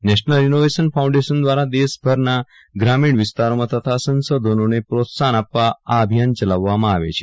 national innovation foundation દ્વારા દેશભરના ગ્રામીણ વિસ્તારોમાં થતા સંશોધનોને પ્રોત્સાહન આપવા આ અભિયાન ચલાવવામાં આવે છે